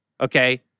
okay